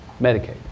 Medicaid